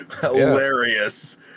hilarious